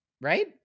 right